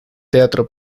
teatro